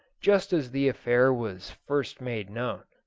just as the affair was first made known.